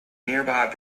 nearby